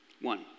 One